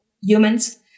humans